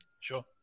Sure